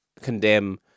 condemn